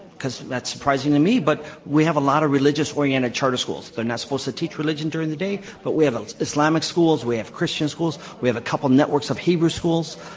because that's surprising to me, but we have a lot of religious-oriented charter schools. they're not supposed to teach religion during the day, but we have islamic schools. we have christian schools. we have a couple networks of hebrew schools.